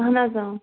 اَہَن حظ